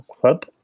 Club